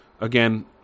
Again